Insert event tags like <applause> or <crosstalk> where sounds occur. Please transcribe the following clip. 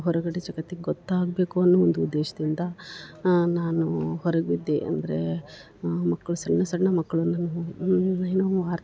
ಹೊರಗಡೆ ಜಗತ್ತಿಗೆ ಗೊತ್ತಾಗಬೇಕು ಅನ್ನೊ ಒಂದು ಉದ್ದೇಶದಿಂದ ನಾನು ಹೊರಗೆ ಬಿದ್ದೆ ಅಂದರೆ ಮಕ್ಳು ಸಣ್ಣ ಸಣ್ಣ ಮಕ್ಳು <unintelligible>